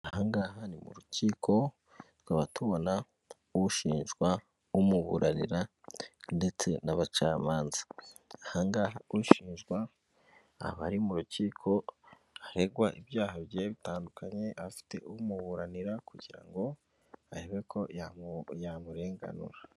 Aha ngaha ni mu rukiko, tukaba tubona ushinjwa, umuburanira ndetse n'abacamanza. Aha ngaha ushinjwa aba ari mu rukiko, aregwa ibyaha bigiye bitandukanye; afite umuburanira kugira ngo arebe ko yamurenganura.